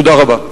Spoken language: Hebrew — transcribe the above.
תודה רבה.